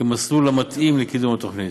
כמסלול המתאים לקידום התוכנית.